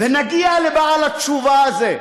ונגיע לבעל התשובה הזה,